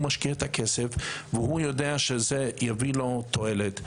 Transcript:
הוא משקיע את הכסף והוא יודע שזה יביא לו תועלת.